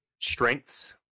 Strengths